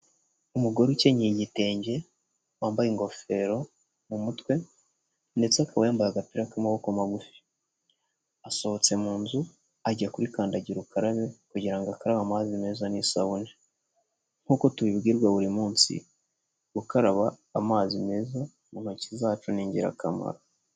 Umugore ukenyeye igitenge wambaye ingofero mu mutwe ndetse akaba yambaye agapira k'amaboko magufi asohotse mu nzu ajya kuri kandagira ukarabe kugira ngo akaraba amazi meza n'isabune nkuko tubibwirwa buri munsi gukaraba amazi meza mu ntoki zacu ni ingirakamaro.